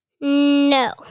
No